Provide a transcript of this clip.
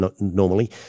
normally